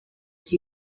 two